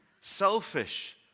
selfish